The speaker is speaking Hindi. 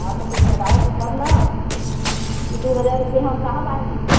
हाँ तो कुछ घटाओगे तब न कि दो हजार रुपए हम कहाँ पाएँगे